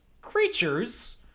creatures